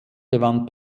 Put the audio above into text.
gewann